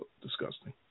disgusting